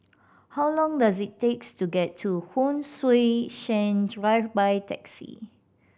how long does it takes to get to Hon Sui Sen Drive by taxi